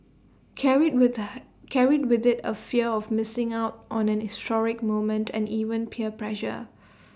carried with carried with IT A fear of missing out on an historic moment and even peer pressure